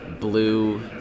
Blue